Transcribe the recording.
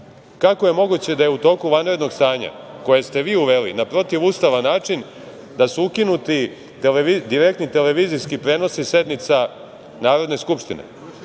kako je moguće da je u toku vanrednog stanja koje ste vi uveli na protivustavan način da su ukinuti direktni televizijski prenosi sednica Narodne skupštine?